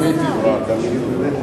גם היא תברח, גם היא תברח.